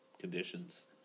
conditions